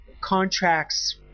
contracts